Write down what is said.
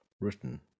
written